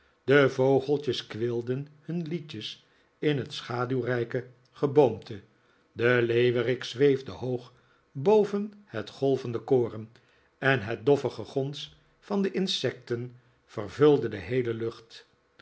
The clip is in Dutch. de vogeltjes kweelden hun liedjes in het schaduwrijke geboomte de leeuwerik zweefde hoog boven het golvende koren en het doffe gegons van de insecten vervulde de heele lucht